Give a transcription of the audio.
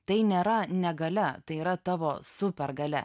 tai nėra negalia tai yra tavo supergalia